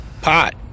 pot